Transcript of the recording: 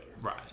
Right